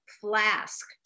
flask